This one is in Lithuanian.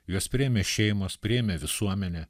juos priėmė šeimos priėmė visuomenė